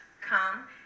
Come